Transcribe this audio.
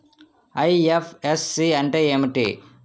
IFSC అంటే ఏమిటి?